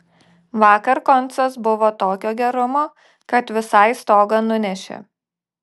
vakar koncas buvo tokio gerumo kad visai stogą nunešė